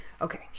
Okay